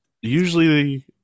Usually